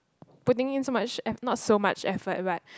putting in so much eff~ not so much effort but